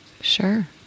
Sure